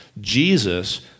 Jesus